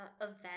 event